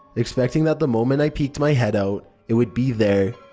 expecting that the moment i peeked my head out, it would be there.